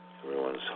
everyone's